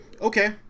okay